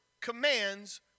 commands